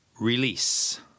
release